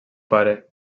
pare